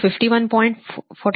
472 0